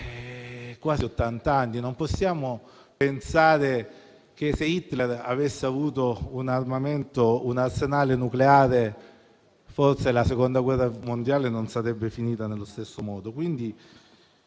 quasi ottant'anni, non possiamo non pensare che se Hitler avesse avuto un arsenale nucleare forse la Seconda guerra mondiale non sarebbe finita nello stesso modo.